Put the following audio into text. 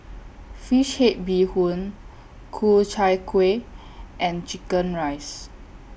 Fish Head Bee Hoon Ku Chai Kueh and Chicken Rice